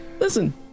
Listen